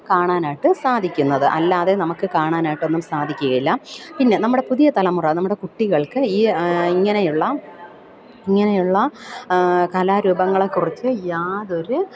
കാണാനായിട്ട് സാധിക്കുന്നത് അല്ലാതെ നമുക്ക് കാണാനായിട്ടൊന്നും സാധിക്കുകയില്ല പിന്നെ നമ്മുടെ പുതിയ തലമുറ നമ്മുടെ കുട്ടികൾക്ക് ഈ ഇങ്ങനെയുള്ള ഇങ്ങനെയുള്ള കലാരൂപങ്ങളെക്കുറിച്ചു യാതൊരു